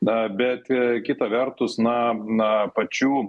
na bet kita vertus na na pačių